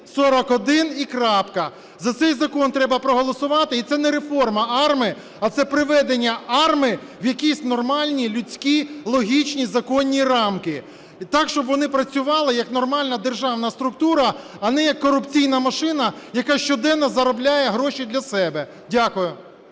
5141 і крапка! За цей закон треба проголосувати. І це не реформа АРМА, а це приведення АРМА в якісь нормальні, людські, логічні законні рамки. Так, щоб вони працювали, як нормальна державна структура, а не як корупційна машина, яка щоденно заробляє гроші для себе. Дякую.